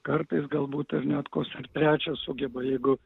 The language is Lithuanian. kartais galbūt ir net koks ir trečias sugeba jeigu